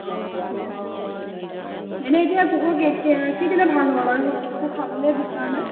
অঁ অঁ ঠিক আছে বাৰু এনেই এতিয়া কুকুৰ কিদিলে ভাল হ'ব বাৰু একো খাবলৈ বিচৰা নাই